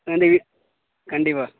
கண்டி வி கண்டிப்பாக